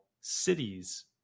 cities